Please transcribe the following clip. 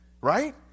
right